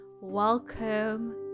welcome